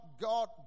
God